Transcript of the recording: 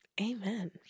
Amen